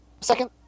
second